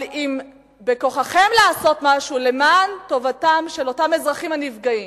אבל אם בכוחכם לעשות משהו למען טובתם של אותם אזרחים נפגעים,